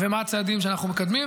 ומה הצעדים שאנחנו מקדמים.